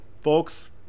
folks